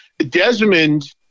Desmond